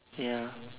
ya